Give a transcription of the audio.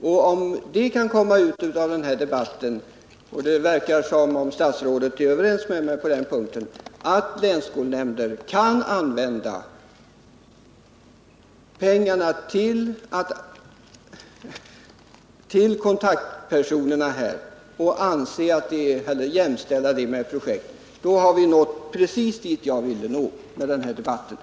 Om resultatet av den här debatten är att det slås fast — och det verkar som om statsrådet är ense med mig på den punkten — att länsskolnämnderna kan använda dessa pengar till kontaktpersoner och jämställa det med projektverksamhet, har vi nått precis dit jag ville komma med den här debatten.